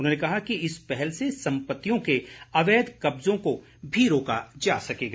उन्होंने कहा कि इस पहल से सम्पत्तियों के अवैध कब्जों को भी रोका जा सकेगा